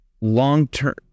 long-term